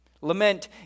Lament